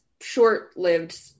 short-lived